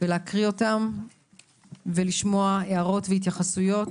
ולהקריא אותם ולשמוע הערות והתייחסויות,